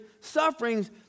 sufferings